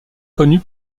connu